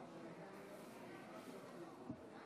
הצעת חוק הגנת הפרטיות (תיקון,